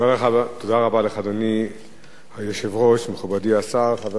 אדוני היושב-ראש, מכובדי השר, חברי חברי הכנסת,